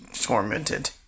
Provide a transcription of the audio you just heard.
tormented